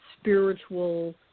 spiritual